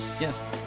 Yes